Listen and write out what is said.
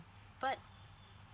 but